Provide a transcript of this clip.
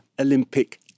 Olympic